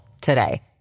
today